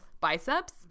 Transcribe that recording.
biceps